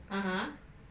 (uh huh)